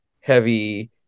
heavy